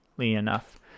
enough